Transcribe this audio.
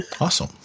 Awesome